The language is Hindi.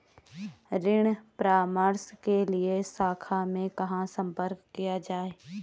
ऋण परामर्श के लिए शाखा में कहाँ संपर्क किया जाए?